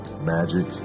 Magic